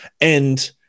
And-